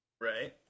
right